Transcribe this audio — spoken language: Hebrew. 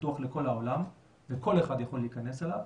פתוח לכל העולם וכל אחד יכול להיכנס אליו,